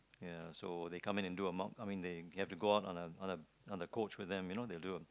ya so they come in and do a mock I mean they have to go out on a on a on a coach with them you know they do a